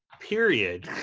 period.